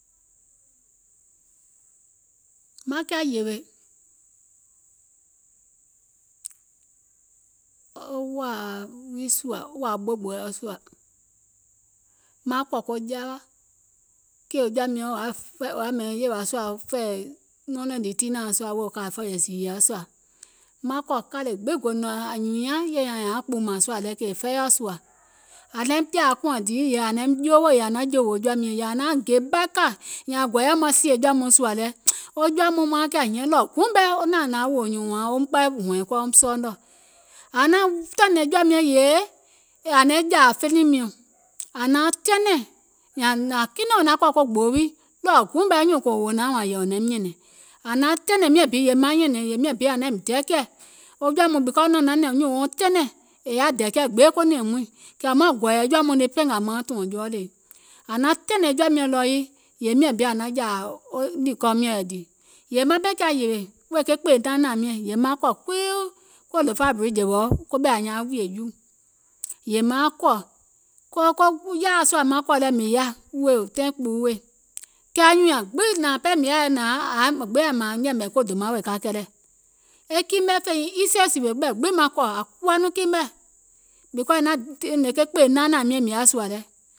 Sèè mùŋ tie maŋ mùàŋ, è nyɛnɛŋ ko nyaȧŋ muìŋ humààŋ, ɗɔɔ bà è nyɛnɛŋ jii mɔɛ̀ŋ è kè nyɛnɛŋ fùlɛ̀fùlɛ̀, sèè mɛɛ̀ùm suȧ pɔ̀ɔ.